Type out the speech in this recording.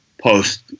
post